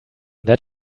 that